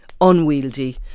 unwieldy